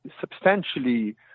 substantially